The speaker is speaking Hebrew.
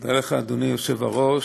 תודה לך, אדוני היושב-ראש,